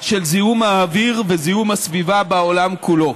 של זיהום האוויר וזיהום הסביבה בעולם כולו.